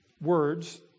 words